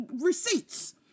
receipts